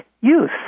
use